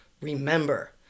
Remember